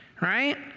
right